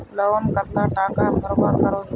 Loan कतला टाका भरवा करोही?